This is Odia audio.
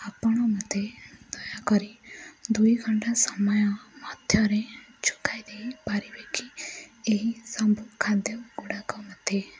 ଆପଣ ମୋତେ ଦୟାକରି ଦୁଇ ଘଣ୍ଟା ସମୟ ମଧ୍ୟରେ ଯୋଗାଇ ଦେଇ ପାରିବେ କି ଏହି ସବୁ ଖାଦ୍ୟ ଗୁଡ଼ାକ ମୋତେ